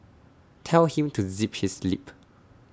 tell him to zip his lip